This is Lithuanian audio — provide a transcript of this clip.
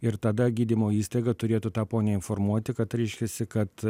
ir tada gydymo įstaiga turėtų tą ponią informuoti kad reiškiasi kad